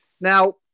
Now